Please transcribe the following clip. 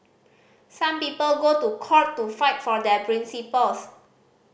some people go to court to fight for their principles